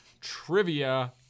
trivia